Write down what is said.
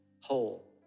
whole